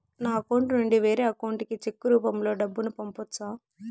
నా అకౌంట్ నుండి వేరే అకౌంట్ కి చెక్కు రూపం లో డబ్బును పంపొచ్చా?